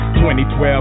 2012